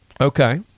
Okay